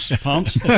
pumps